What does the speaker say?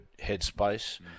headspace